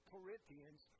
Corinthians